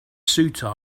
ceuta